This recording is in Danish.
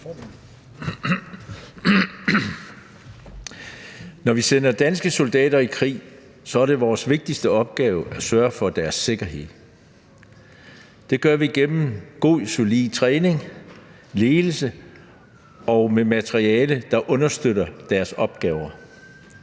Når vi sender danske soldater i krig, er det vores vigtigste opgave at sørge for deres sikkerhed. Det gør vi gennem god, solid træning og ledelse og med materiel, der understøtter deres opgaver.